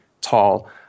tall